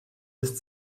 ist